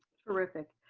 terrific.